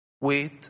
Wait